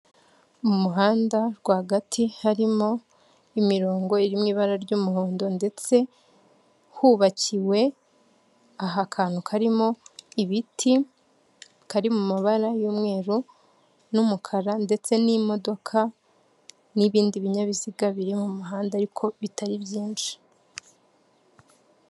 Mu muhanda rwagati harimo imirongo iri mu ibara ry'umuhondo, ndetse hubakiwe akantu karimo ibiti, kari mu mabara y'umweru n'umukara, ndetse n'imodoka n'ibindi binyabiziga biri mu muhanda ariko bitari byinshi.